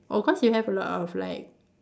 oh cause you have a lot of like